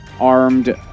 armed